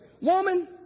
woman